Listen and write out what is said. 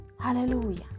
Hallelujah